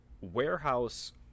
warehouse